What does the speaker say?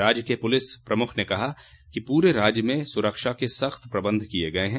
राज्य के पुलिस प्रमुख ने कहा कि पूरे राज्य में सुरक्षा के सख़्त प्रबंध किये गए हैं